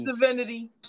Divinity